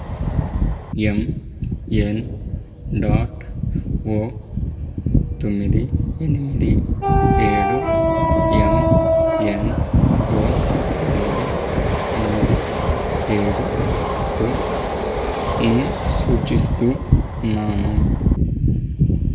ఎం N dot O తొమ్మిది ఎనిమిది ఏడు ఎం ఎన్ ఓ తొమ్మిది ఎనిమిది ఏడుతోను సూచిస్తు ఉన్నాను